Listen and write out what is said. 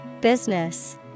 Business